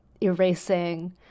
erasing